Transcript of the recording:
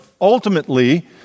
ultimately